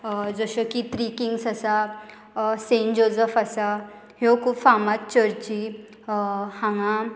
जश्यो की three kings आसा सेंट जोजफ आसा ह्यो खूब फामाद चर्ची हांगा